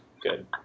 Good